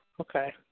Okay